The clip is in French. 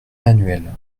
annuel